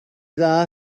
dda